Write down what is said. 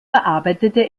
verarbeitete